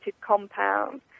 compounds